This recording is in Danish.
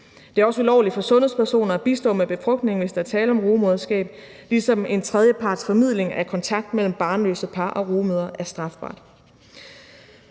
Det er også ulovligt for sundhedspersoner at bistå med befrugtning, hvis der er tale om rugemoderskab, ligesom en tredjepartsformidling af kontakt mellem barnløse par og rugemødre er strafbart.